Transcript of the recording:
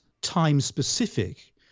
time-specific